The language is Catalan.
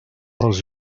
els